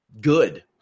good